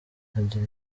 agira